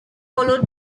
followed